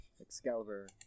Excalibur